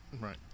Right